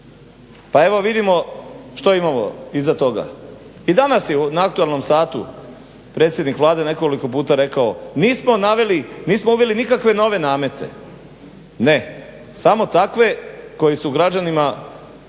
pa evo vidimo što imamo iza toga. I danas je na aktualnom satu predsjednik Vlade nekoliko puta rekao nismo uveli nikakve nove namete, ne, samo takve koji su građanima Republike